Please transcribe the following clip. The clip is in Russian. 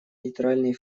нейтральный